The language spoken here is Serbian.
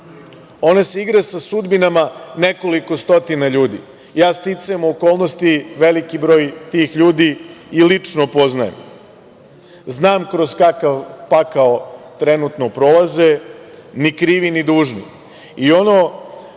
Ona se igra sa sudbinama nekoliko stotina ljudi. Sticajem okolnosti, ja veliki broj tih ljudi i lično poznajem. Znam kroz kakav pakao trenutno prolaze, ni krivi, ni dužni. Ono